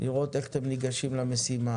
לראות איך אתם ניגשים למשימה,